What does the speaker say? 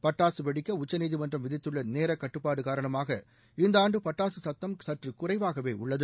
பட்டாசு வெடிக்க உச்சநீதிமன்றம் விதித்துள்ள நேர கட்டுப்பாடு காரணமாக இந்த ஆண்டு பட்டாசு சத்தம் சற்று குறைவாகவே உள்ளது